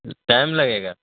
time لگے گا